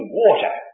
water